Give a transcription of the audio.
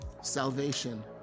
salvation